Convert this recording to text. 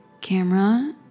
camera